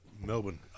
Melbourne